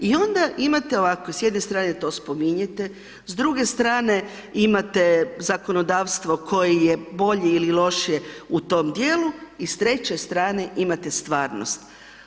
I onda imate ovako, s jedne strane to spominjete, s druge strane imate zakonodavstvo koje je bolje ili lošije u tom dijelu i s treće strane imate stvarnost.